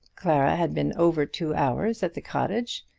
clara had been over two hours at the cottage,